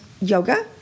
yoga